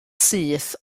syth